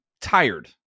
tired